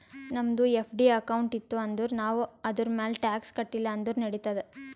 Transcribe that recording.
ನಮ್ದು FD account ಇತ್ತು ಅಂದುರ್ ನಾವ್ ಅದುರ್ಮ್ಯಾಲ್ ಟ್ಯಾಕ್ಸ್ ಕಟ್ಟಿಲ ಅಂದುರ್ ನಡಿತ್ತಾದ್